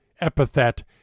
epithet